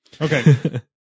Okay